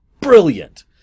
brilliant